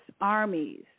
armies